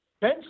Ben